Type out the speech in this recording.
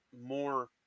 more